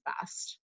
best